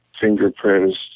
fingerprints